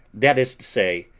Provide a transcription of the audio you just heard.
that is to say,